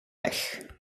weg